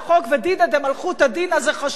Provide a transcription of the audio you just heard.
"דינא דמלכותא דינא" זה חשוב,